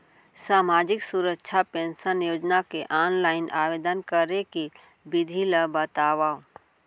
सामाजिक सुरक्षा पेंशन योजना के ऑनलाइन आवेदन करे के विधि ला बतावव